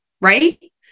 right